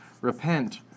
repent